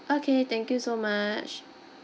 okay thank you so much